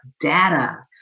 data